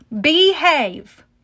behave